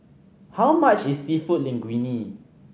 how much is Seafood Linguine